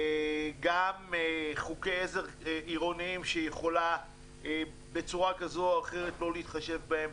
גם חוקי עזר עירוניים שהיא יכולה בצורה כזו או אחרת לא להתחשב בהם.